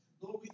Lord